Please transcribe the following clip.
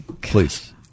please